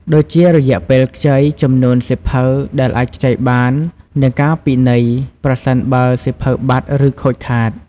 ដូចជា រយៈពេលខ្ចី ចំនួនសៀវភៅដែលអាចខ្ចីបាន និងការពិន័យប្រសិនបើសៀវភៅបាត់ ឬខូចខាត។